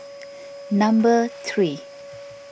number three